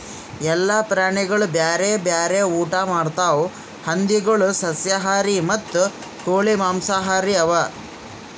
ಎಲ್ಲ ಪ್ರಾಣಿಗೊಳ್ ಬ್ಯಾರೆ ಬ್ಯಾರೆ ಊಟಾ ಮಾಡ್ತಾವ್ ಹಂದಿಗೊಳ್ ಸಸ್ಯಾಹಾರಿ ಮತ್ತ ಕೋಳಿ ಮಾಂಸಹಾರಿ ಅವಾ